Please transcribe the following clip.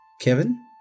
Kevin